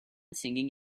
singing